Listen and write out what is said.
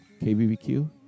KBBQ